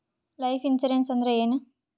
Life insurance ಅಂದ್ರ ಏನ?